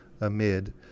amid